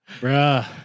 Bruh